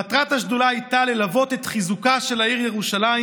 מטרת השדולה הייתה ללוות את חיזוקה של העיר ירושלים